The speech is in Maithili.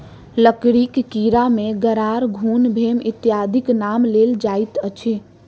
लकड़ीक कीड़ा मे गरार, घुन, भेम इत्यादिक नाम लेल जाइत अछि